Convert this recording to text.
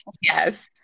Yes